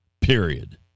period